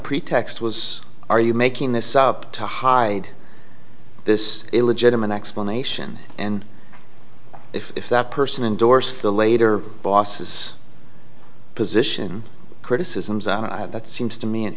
pretext was are you making this up to hide this illegitimate explanation and if that person indorse the later bosses position criticisms out that seems to me